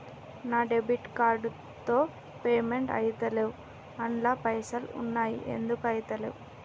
నా debit card తో payment ఐతలేవ్ అండ్ల పైసల్ ఉన్నయి ఎందుకు ఐతలేవ్?